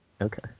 Okay